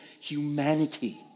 humanity